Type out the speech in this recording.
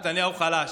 "נתניהו חלש".